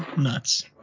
nuts